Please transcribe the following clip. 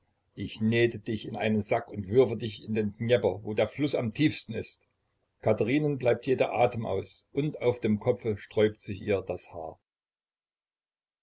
ich nähte dich in einen sack und würfe dich in den dnjepr wo der fluß am tiefsten ist katherinen bleibt jäh der atem aus und auf dem kopfe sträubt sich ihr das haar